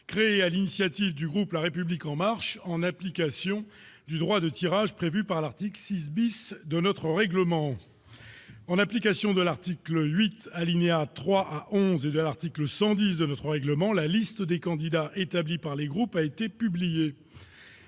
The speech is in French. créée à l'initiative du groupe, la République en marche, en application du droit de tirage prévu par l'article 6 bis de notre règlement, en application de l'article 8 alinéa 3 à 11 et l'article 110 de notre règlement, la liste des candidats établie par les groupes a été publié,